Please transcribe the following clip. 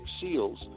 SEALs